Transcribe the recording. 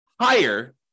higher